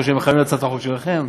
או שהם מכוונים להצעת החוק שלכם,